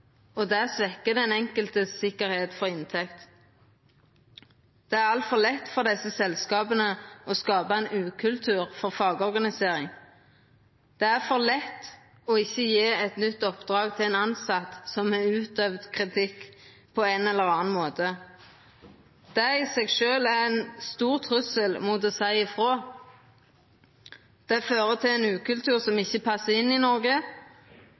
og det svekkjer den enkeltes sikkerheit for inntekt. Det er altfor lett for desse selskapa å skapa ein ukultur for fagorganisering. Det er for lett ikkje å gje eit nytt oppdrag til ein tilsett som på ein eller annan måte har kome med kritikk. Det i seg sjølv er ein stor trussel mot å seia ifrå. Det fører til ein ukultur som ikkje passar i Noreg,